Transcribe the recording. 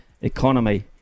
economy